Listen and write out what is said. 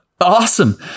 Awesome